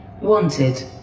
Wanted